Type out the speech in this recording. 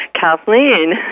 Kathleen